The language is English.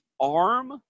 arm